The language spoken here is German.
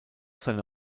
seine